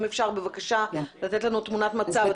אם אפשר בבקשה לתת לנו תמונת מצב.